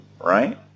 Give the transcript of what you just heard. right